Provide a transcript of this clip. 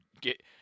get